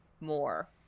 more